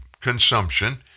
consumption